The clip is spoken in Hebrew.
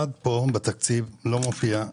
בתקציב המשרד לא מופיעה